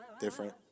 different